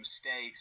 stay